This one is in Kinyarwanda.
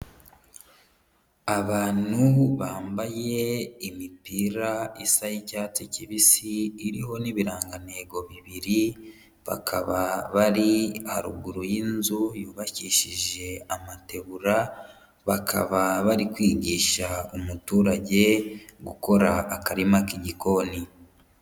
Abantu bambaye imipira isa y'icyatsi kibisi, iriho n'ibirangantego bibiri, bakaba bari haruguru y'inzu yubakishije amategura, bakaba bari kwigisha umuturage gukora akarima k'igikoni.